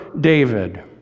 David